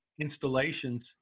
installations